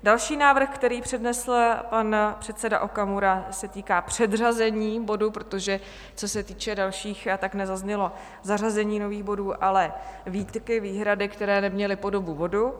Další návrh, který přednesl pan předseda Okamura, se týká předřazení bodu, protože co se týče dalších, tak nezaznělo zařazení nových bodů, ale výtky, výhrady, které neměly podobu bodu.